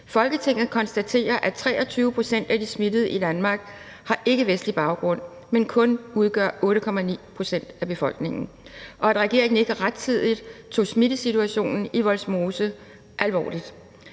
»Folketinget konstaterer, at 23 pct. af de smittede i Danmark har ikkevestlig baggrund, men kun udgør 8,9 pct. af befolkningen, og at regeringen ikke rettidigt tog smittesituationen i Vollsmose alvorligt.